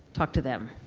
talk to them.